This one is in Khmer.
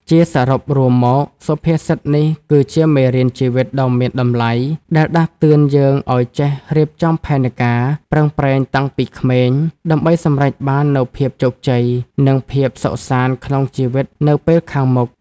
ជាសរុបរួមមក សុភាសិតនេះគឺជាមេរៀនជីវិតដ៏មានតម្លៃ ដែលដាស់តឿនយើងឲ្យចេះរៀបចំផែនការ ប្រឹងប្រែងតាំងពីក្មេង ដើម្បីសម្រេចបាននូវភាពជោគជ័យ និងភាពសុខសាន្តក្នុងជីវិតនៅពេលខាងមុខ។